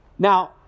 Now